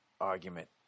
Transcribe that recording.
argument